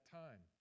time